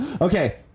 Okay